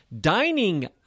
Dining